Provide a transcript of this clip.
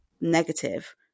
negative